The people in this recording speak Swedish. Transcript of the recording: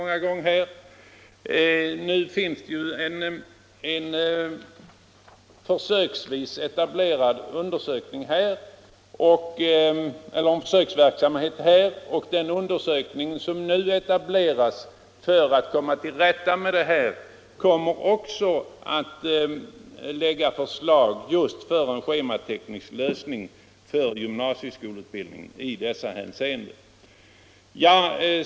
Nu pågår ju en försöksverksamhet, och den undersökning som etableras för att komma till rätta med 83 Nr 29 problemen kommer också att lägga fram förslag till en schemateknisk lösning för gymnasieskoleutbildning i dessa hänseenden.